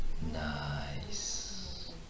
Nice